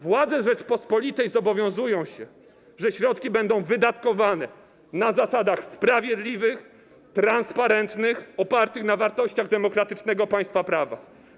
Władze Rzeczypospolitej zobowiązują się, że środki będą wydatkowane na zasadach sprawiedliwych, transparentnych, opartych na wartościach demokratycznego państwa prawa.